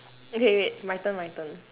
okay wait my turn my turn